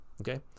Okay